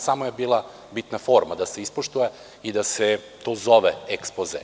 Samo je bila bitna forma da se ispoštuje i da se to zove ekspoze.